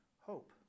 hope